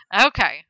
Okay